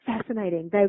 fascinating